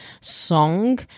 song